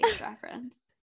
reference